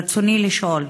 רצוני לשאול: